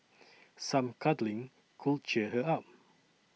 some cuddling could cheer her up